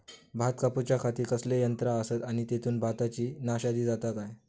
भात कापूच्या खाती कसले यांत्रा आसत आणि तेतुत भाताची नाशादी जाता काय?